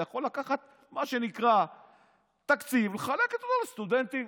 אתה יכול לקחת מה שנקרא תקציב ולחלק לסטודנטים